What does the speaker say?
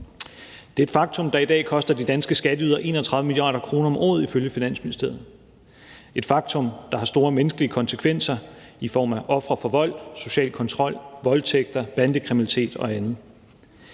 Det er et faktum, der i dag koster de danske skatteydere 31 mia. kr. om året ifølge Finansministeriet, et faktum, der har store menneskelige konsekvenser i form af ofre for vold, social kontrol, voldtægter, bandekriminalitet og andet.